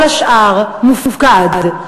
כל השאר מופקד,